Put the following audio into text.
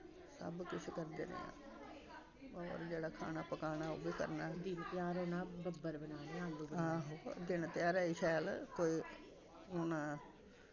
सब्भ किश करदे रेह् आं होर जेह्ड़ा खाना पकाना ओह् बी करना आहो दिनै तेहारै गी शैल कोई हून